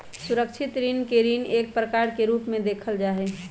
सुरक्षित ऋण के ऋण के एक प्रकार के रूप में देखल जा हई